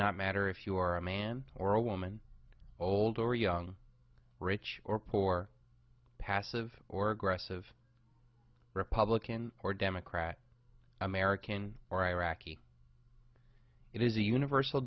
not matter if you are a man or a woman old or young rich or poor passive or aggressive republican or democrat american or iraqi it is a universal